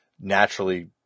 naturally